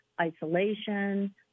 isolation